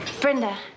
Brenda